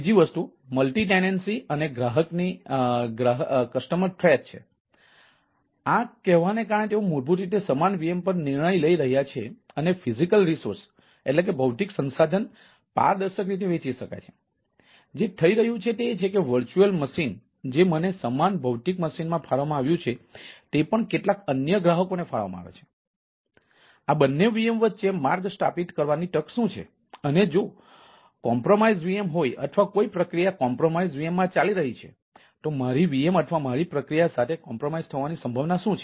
બીજી વસ્તુ multi tenancy VM હોય અથવા આ પ્રક્રિયા કોમ્પ્રોમાઇઝડ VMમાં ચાલી રહી છે તો મારી VM અથવા મારી પ્રક્રિયા સાથે સમાધાન થવાની સંભાવના શું છે